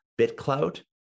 BitCloud